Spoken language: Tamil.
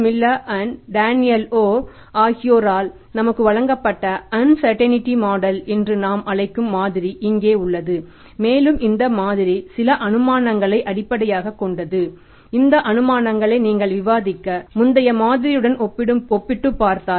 மில்லர் மற்றும் டேனியல் ஓர் என்று நாம் அழைக்கும் மாதிரி இங்கே உள்ளது மேலும் இந்த மாதிரி சில அனுமானங்களை அடிப்படையாகக் கொண்டது இந்த அனுமானங்களை நீங்கள் விவாதித்த முந்தைய மாதிரியுடன் ஒப்பிட்டுப் பார்த்தால்